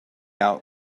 out